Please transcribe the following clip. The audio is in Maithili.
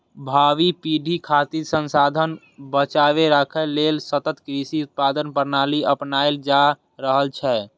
भावी पीढ़ी खातिर संसाधन बचाके राखै लेल सतत कृषि उत्पादन प्रणाली अपनाएल जा रहल छै